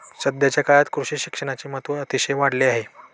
सध्याच्या काळात कृषी शिक्षणाचे महत्त्व अतिशय वाढले आहे